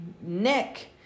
Nick